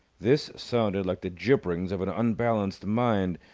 this sounded like the gibberings of an unbalanced mind,